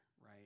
right